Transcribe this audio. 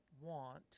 want